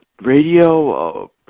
radio